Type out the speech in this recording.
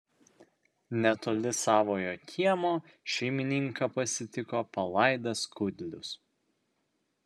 netoli savojo kiemo šeimininką pasitiko palaidas kudlius